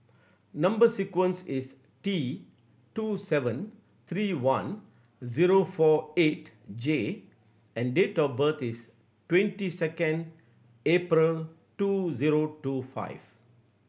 number sequence is T two seven three one zero four eight J and date of birth is twenty second April two zero two five